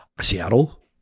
Seattle